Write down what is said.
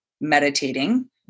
meditating